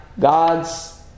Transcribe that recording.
God's